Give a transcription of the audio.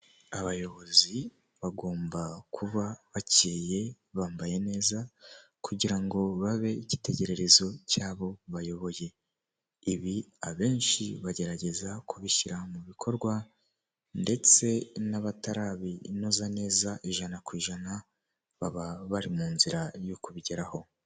Abayobozi bagomba kuba bakeye, bambaye neza, kugira ngo babe icyitegererezo cy'abo bayoboye. Ibi abenshi bagerageza kubishyira mu bikorwa, ndetse n'abatarabinoza neza ijana ku ijana, baba bari mu nzira yo kubigeraho.